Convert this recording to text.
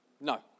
No